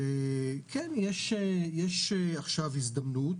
וכן יש עכשיו הזדמנות